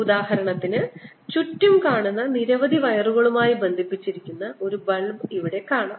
ഉദാഹരണത്തിന് ചുറ്റും കാണുന്ന നിരവധി വയറുകളുമായി ബന്ധിപ്പിച്ചിരിക്കുന്ന ഒരു ബൾബ് ഇവിടെ കാണാം